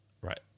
right